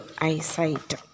eyesight